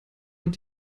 und